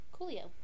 Coolio